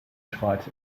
schweiz